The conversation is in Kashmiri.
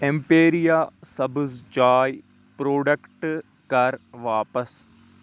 اٮ۪مپیٖرِیا سبٕز چاے بروڈکٹ کر واپس